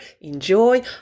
enjoy